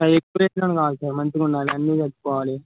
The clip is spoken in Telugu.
సార్ ఎకువ రెట్లని కాదు సార్ మంచిగుండాలి అన్నీ తట్టుకోవాలి